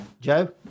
Joe